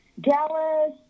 Dallas